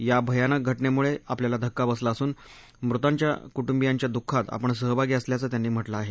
या भयानक घटनेमुळे आपल्याला धक्का बसला असून मृतांच्या कुटुंबियांच्या दुःखात आपण सहभागी असल्याचं त्यांनी म्हटलं आहे